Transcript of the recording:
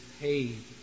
paid